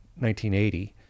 1980